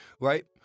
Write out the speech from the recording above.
Right